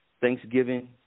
Thanksgiving